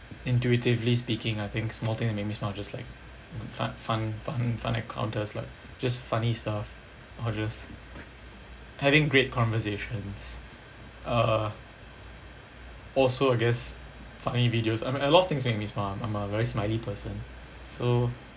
intuitively speaking I think small thing that make me smile just like fun fun fun fun encounters like just funny stuff or just having great conversations uh also I guess funny videos I mean a lot of things make me smile I'm a very smiley person so